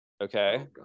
okay